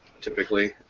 typically